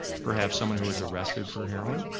perhaps someone who was arrested for heroin,